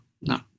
no